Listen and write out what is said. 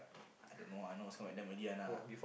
I don't know now always come back damn early one ah